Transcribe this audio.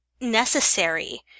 necessary